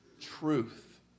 truth